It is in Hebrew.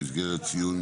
במסגרת ציון